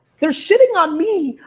they're shitting on me,